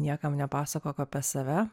niekam nepasakok apie save